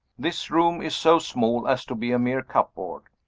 this room is so small as to be a mere cupboard.